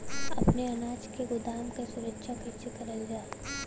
अपने अनाज के गोदाम क सुरक्षा कइसे करल जा?